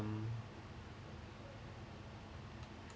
um